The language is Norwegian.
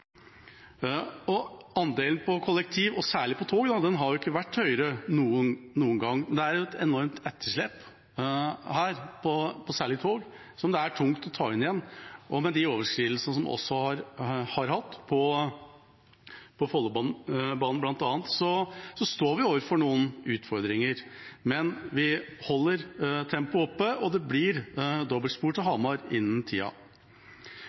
Andelen på kollektiv og særlig på tog har ikke vært høyere noen gang. Det er et enormt etterslep her på særlig tog, som det er tungt å ta inn igjen. Med de overskridelsene man også har hatt på Follobanen bl.a., står vi overfor noen utfordringer. Men vi holder tempoet oppe, og det blir dobbeltspor til Hamar innen tida.